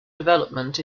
development